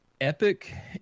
Epic